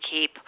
keep